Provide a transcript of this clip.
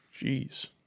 Jeez